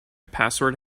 password